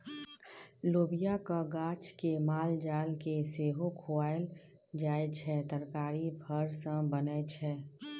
लोबियाक गाछ केँ मालजाल केँ सेहो खुआएल जाइ छै आ तरकारी फर सँ बनै छै